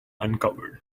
uncovered